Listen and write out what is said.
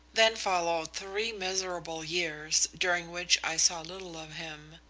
then followed three miserable years, during which i saw little of him.